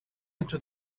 into